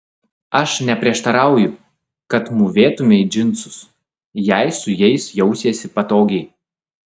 aš neprieštarauju kad mūvėtumei džinsus jei su jais jausiesi patogiai